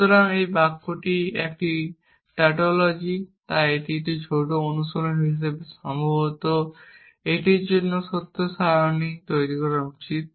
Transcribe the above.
সুতরাং এই বাক্যটি একটি টাউটোলজি তাই একটি ছোট অনুশীলন হিসাবে সম্ভবত আপনার এটির জন্য সত্য সারণী তৈরি করা উচিত